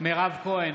מירב כהן,